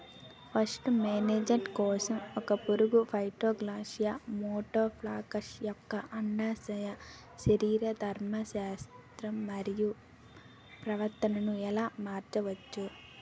Paste management కోసం ఒక పురుగు ఫైటోఫాగస్హె మటోఫాగస్ యెక్క అండాశయ శరీరధర్మ శాస్త్రం మరియు ప్రవర్తనను ఎలా మార్చచ్చు?